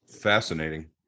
Fascinating